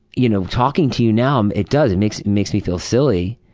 you know talking to you now, it does, it makes makes me feel silly,